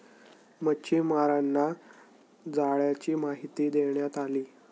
मच्छीमारांना जाळ्यांची माहिती देण्यात आली